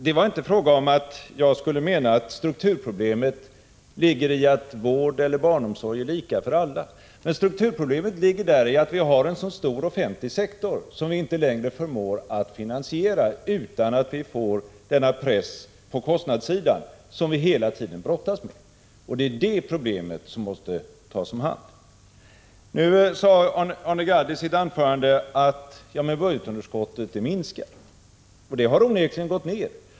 Det var inte fråga om att jag skulle mena att strukturproblemen ligger i att vård eller barnomsorg är lika för alla. Strukturproblemen ligger däri att vi har en stor offentlig sektor som vi inte längre förmår finansiera utan att vi får den press på kostnadssidan som vi hela tiden brottas med. Det är det problemet som måste hanteras. Arne Gadd sade i sitt anförande att budgetunderskottet minskar, och det har onekligen gått ned.